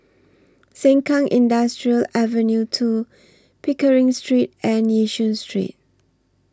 Sengkang Industrial Ave two Pickering Street and Yishun Street